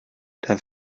dann